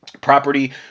property